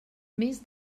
més